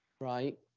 Right